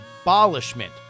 abolishment